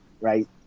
right